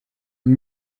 und